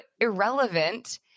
irrelevant